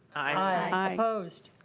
aye. opposed?